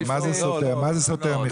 מה זה סותר, מיכאל?